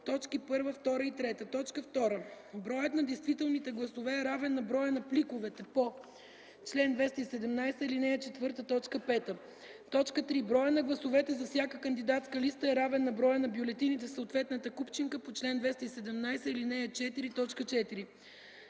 4, т. 1, 2 и 3; 2. броят на действителните гласове е равен на броя на пликовете по чл. 217, ал. 4, т. 5; 3. броят на гласовете за всяка кандидатска листа е равен на броя на бюлетините в съответната купчинка по чл. 217, ал. 4,